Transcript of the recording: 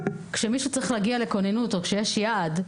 כאשר מישהו צריך להגיע לכוננות או כשיש יעד,